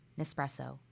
Nespresso